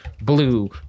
Blue